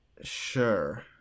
Sure